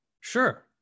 sure